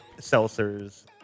seltzers